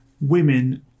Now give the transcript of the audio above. women